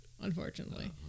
unfortunately